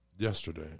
Yesterday